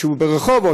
שהוא ברחובות,